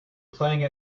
playing